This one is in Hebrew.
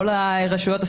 כל הרשויות הסטטוטוריות,